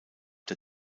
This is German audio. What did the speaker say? der